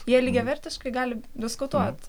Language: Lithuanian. jie lygiavertiškai gali diskutuot